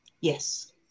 Yes